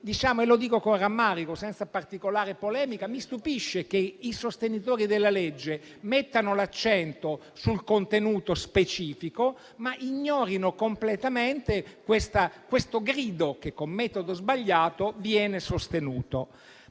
lo dico con rammarico, senza particolare polemica - che i sostenitori della legge mettano l'accento sul contenuto specifico, ma ignorino completamente questo grido che con metodo sbagliato viene sostenuto.